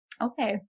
okay